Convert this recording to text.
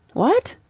what!